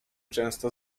często